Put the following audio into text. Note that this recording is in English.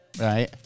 Right